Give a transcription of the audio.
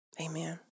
amen